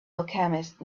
alchemist